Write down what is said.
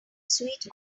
sweet